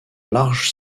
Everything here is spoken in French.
large